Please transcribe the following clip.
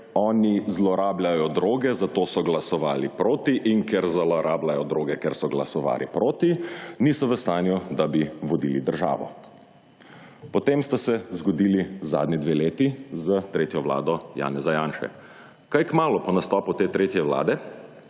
oni zlorabljajo droge, zato so glasovali proti in ker zlorabljajo droge, ker so glasovali proti, niso v stanju, da bi vodili državo. Potem sta se zgodili zadnji dve leti, z tretjo vlado Janeza Janše. Kaj kmalu po nastopu te tretje Vlade,